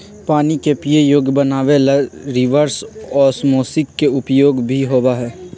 पानी के पीये योग्य बनावे ला रिवर्स ओस्मोसिस के उपयोग भी होबा हई